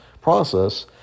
process